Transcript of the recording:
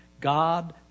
God